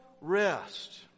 rest